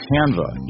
Canva